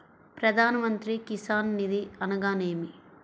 ప్రధాన మంత్రి కిసాన్ నిధి అనగా నేమి?